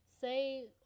say